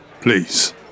Please